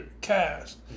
cast